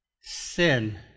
sin